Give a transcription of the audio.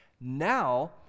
Now